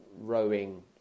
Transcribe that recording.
rowing